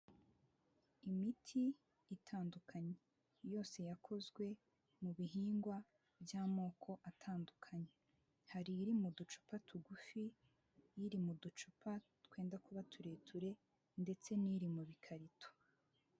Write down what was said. Imiti itandukanye, yose yakozwe mu bihingwa by'amoko atandukanye, hari iri mu ducupa tugufi n'iri mu ducupa twenda kuba tureture ndetse n'iri mu bikarito.